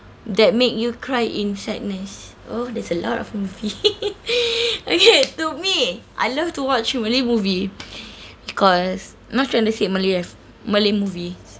that make you cry in sadness oh there's a lot of movie okay to me I love to watch malay movie because not trying to say malay have malay movies